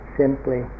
simply